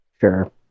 Sure